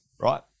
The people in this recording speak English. right